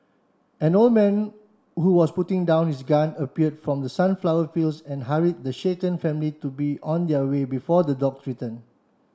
an old man who was putting down his gun appeared from the sunflower fields and hurried the shaken family to be on their way before the dogs return